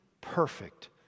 perfect